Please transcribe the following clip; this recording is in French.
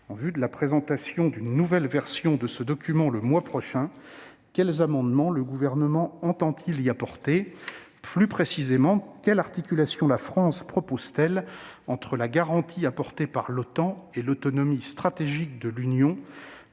En vue de la présentation d'une nouvelle version de ce document le mois prochain, quels amendements le Gouvernement entend-il y apporter ? Plus précisément, quelle articulation la France propose-t-elle entre la garantie apportée par l'OTAN et l'autonomie stratégique de l'Union,